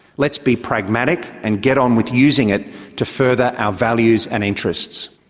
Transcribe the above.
let's be pragmatic and get on with using it to further our values and interests.